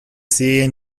serie